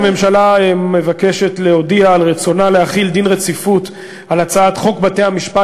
הממשלה מבקשת להודיע על רצונה להחיל דין רציפות על הצעת חוק בתי-משפט